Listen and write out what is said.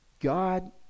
God